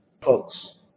folks